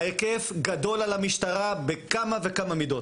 ההיקף גדול על המשטרה בכמה וכמה מידות.